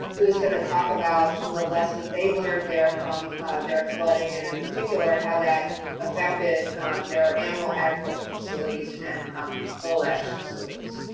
who's gonna talk about some of the lessons they learned there from their flooding. and in particular how that affected their animal agriculture facilities and and coal ash facilities.